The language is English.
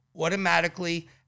Automatically